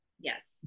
Yes